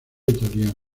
italia